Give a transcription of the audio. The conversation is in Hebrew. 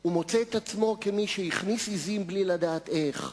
הוא מוצא את עצמו כמי שהכניס עזים בלי לדעת איך,